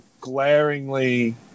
glaringly